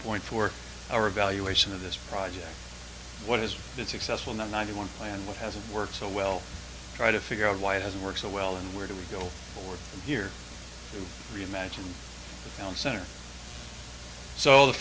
point for our evaluation of this project what has been successful in the ninety one plan what hasn't worked so well try to figure out why it has worked so well and where do we go forward from here to reimagine town center so the